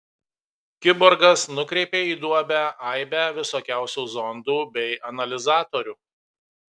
kiborgas nukreipė į duobę aibę visokiausių zondų bei analizatorių